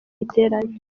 giterane